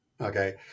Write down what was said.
okay